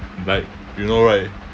like you know right